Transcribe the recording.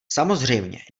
samozřejmě